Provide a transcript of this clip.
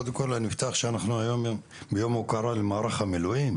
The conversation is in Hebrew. קודם כל אני אפתח בזה שאנחנו היום מצויים ביום ההוקרה למערך המילואים.